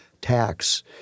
tax